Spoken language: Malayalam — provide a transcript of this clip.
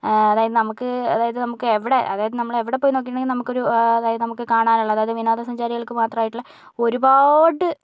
അതായത് നമുക്ക് അതായത് നമുക്ക് എവിടെ അതായത് നമ്മൾ എവിടെ പോയി നോക്കിയിട്ടുണ്ടങ്കിലും നമുക്കൊരു അതായത് കാണാനുള്ളത് അതായത് പിന്നെ വിനോദസഞ്ചാരികൾക്ക് മാത്രമായിട്ടുള്ള ഒരുപാട്